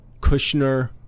Kushner